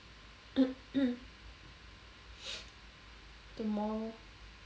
tomorrow